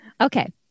Okay